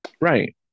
Right